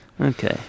okay